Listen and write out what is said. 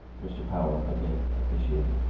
mr. power again officiated.